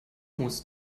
musst